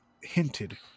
hinted